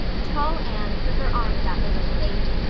tall anne put her arm about the little lady.